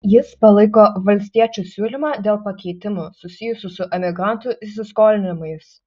jis palaiko valstiečių siūlymą dėl pakeitimų susijusių su emigrantų įsiskolinimais